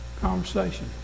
conversation